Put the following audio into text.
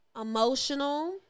emotional